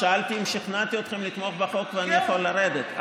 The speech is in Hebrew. שאלתי אם שכנעתי אתכם לתמוך בחוק ואני יכול ללכת.